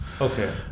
Okay